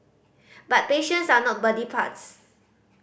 but patients are not body parts